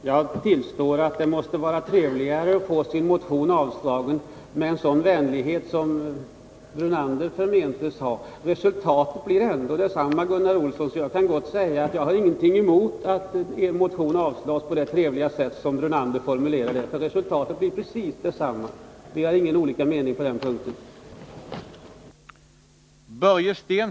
Herr talman! Jag tillstår att det måste vara trevligare att få sin motion avstyrkt med en sådan vänlighet som Lennart Brunander förmentes ha. Resultatet blir ändå detsamma, Gunnar Olsson, så jag kan gott säga att jag inte har någonting emot att er motion avstyrks på det trevliga sätt som Lennart Brunander formulerade det på. Resultatet blir precis detsamma. Vi har inga olika meningar på den punkten.